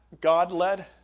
God-led